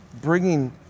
bringing